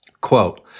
Quote